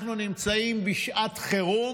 אנחנו נמצאים בשעת חירום.